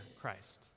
Christ